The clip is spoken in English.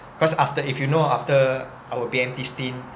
cause after if you know after our B_M_T stint